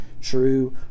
true